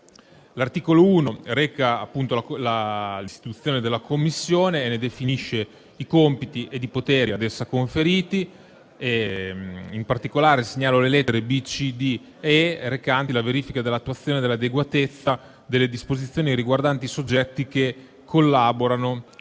L'articolo 1 reca l'istituzione della Commissione e ne definisce i compiti ed i poteri ad essa conferiti. In particolare, segnalo le lettere *b), c), d)* ed *e)*, recanti la verifica dell'attuazione e dell'adeguatezza delle disposizioni riguardanti i soggetti che collaborano